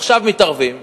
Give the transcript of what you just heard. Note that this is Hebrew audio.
עכשיו מתערבים,